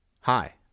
Hi